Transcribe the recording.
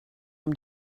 him